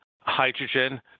hydrogen